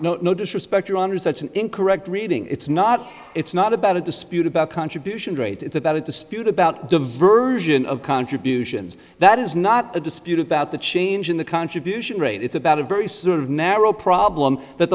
that no disrespect your honor such an incorrect reading it's not it's not about a dispute about contribution rate it's about a dispute about diversion of contributions that is not a dispute about the change in the contribution rate it's about a very sort of narrow problem